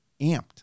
amped